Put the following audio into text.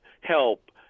help